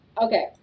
okay